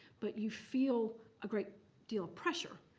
but you feel a great deal of pressure.